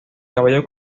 caballo